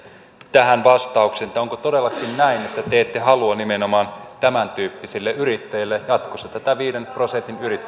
tähän vastauksen onko todellakin näin että te ette halua nimenomaan tämäntyyppisille yrittäjille jatkossa tätä viiden prosentin